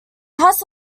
house